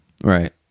Right